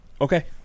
Okay